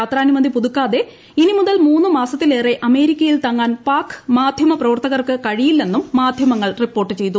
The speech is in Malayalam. യാത്രാനുമതി പുതുക്കാതെ ഇനി മുതൽ മൂന്ന് മാസത്തിലേറെ അമേരിക്ക യിൽ തങ്ങാൻ പാക് മാധ്യമ പ്രവർത്തകർക്ക് കഴിയില്ലെന്നും മാധ്യമങ്ങൾ റിപ്പോർട്ട് ചെയ്തു